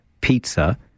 pizza